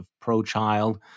pro-child